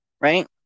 right